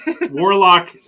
warlock